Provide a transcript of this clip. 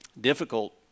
difficult